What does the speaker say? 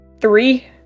three